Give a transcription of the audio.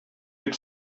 дип